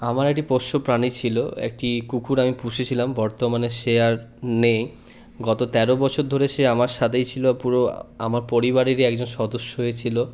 আমার একটি পোষ্য প্রাণী ছিল একটি কুকুর আমি পুষেছিলাম বর্তমানে সে আর নেই গত তেরো বছর ধরে সে আমার সাথেই ছিল পুরো আমার পরিবারেরই একজন সদস্য হয়ে ছিল